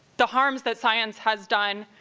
the harms that science has done,